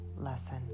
lesson